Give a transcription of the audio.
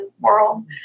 world